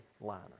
liner